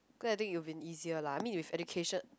it could have been easier lah I mean with education